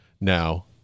Now